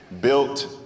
Built